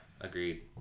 agreed